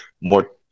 more